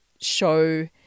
show